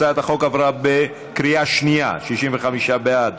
הצעת החוק עברה בקריאה שנייה: 65 בעד,